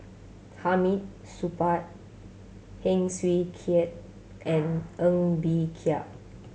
Hamid Supaat Heng Swee Keat and Ng Bee Kia